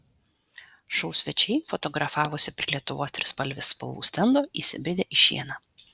šou svečiai fotografavosi prie lietuvos trispalvės spalvų stendo įsibridę į šieną